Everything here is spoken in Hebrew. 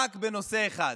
רק בנושא אחד,